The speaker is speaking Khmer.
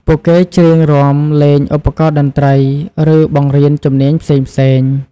ពួកគេច្រៀងរាំ លេងឧបករណ៍តន្ត្រី ឬបង្រៀនជំនាញផ្សេងៗ។